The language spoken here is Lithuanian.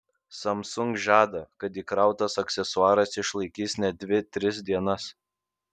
samsung žada kad įkrautas aksesuaras išlaikys net dvi tris dienas